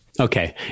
Okay